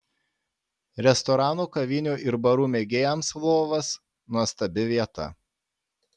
restoranų kavinių ir barų mėgėjams lvovas nuostabi vieta